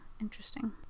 Interesting